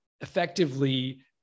effectively